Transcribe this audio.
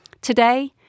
Today